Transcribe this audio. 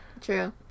True